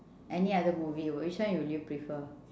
any other movie which one would you prefer